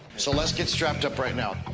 so let's get strapped up right now.